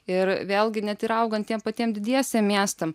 ir vėlgi net ir augant tiem patiem didiesiem miestam